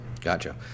Gotcha